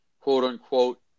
quote-unquote